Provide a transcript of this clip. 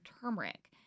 turmeric